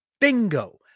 Bingo